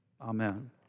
Amen